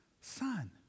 Son